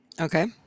Okay